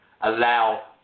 allow